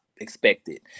expected